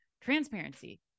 transparency